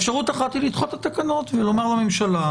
אפשרות אחת היא לדחות את התקנות ולומר לממשלה,